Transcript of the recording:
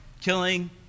killing